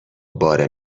بار